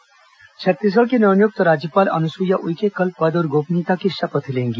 राज्यपाल शपथ ग्रहण छत्तीसगढ़ की नव नियुक्त राज्यपाल अनुसुईया उइके कल पद और गोपनीयता की शपथ लेंगी